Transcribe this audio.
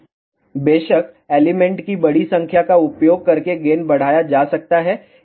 बेशक एलिमेंट की बड़ी संख्या का उपयोग करके गेन बढ़ाया जा सकता है